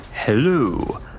Hello